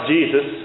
Jesus